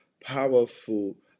powerful